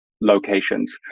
locations